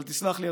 אבל תסלח לי,